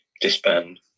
disband